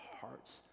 hearts